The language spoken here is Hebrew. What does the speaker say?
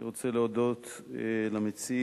אני רוצה להודות למציעים,